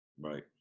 Right